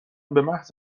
بمحض